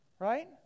Right